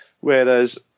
Whereas